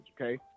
okay